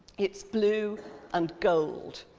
it's blue and gold,